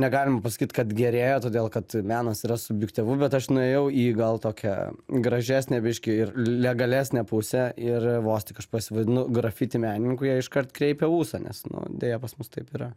negalim pasakyt kad gerėja todėl kad menas yra subjektyvu bet aš nuėjau į gal tokią gražesnę biški ir legalesnę pusę ir vos tik aš pasivadinu grafiti menininku jie iškart kreipia ūsą nes nu deja pas mus taip yra